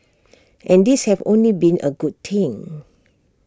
and these have only been A good thing